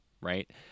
right